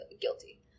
guilty